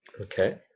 Okay